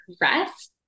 rest